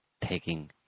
taking